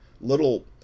little